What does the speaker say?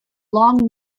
long